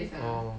orh